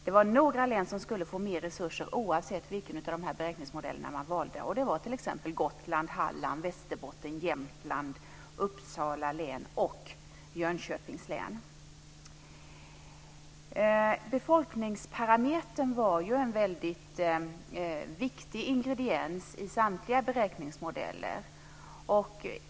Det var några län som skulle få mer resurser oavsett vilken av de här beräkningsmodellerna man valde. Det gällde t.ex. Gotland, Halland, Befolkningsparametern var ju en väldigt viktig ingrediens i samtliga beräkningsmodeller.